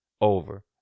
over